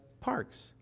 parks